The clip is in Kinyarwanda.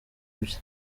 bye